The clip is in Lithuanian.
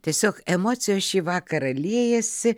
tiesiog emocijos šį vakarą liejasi